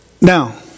Now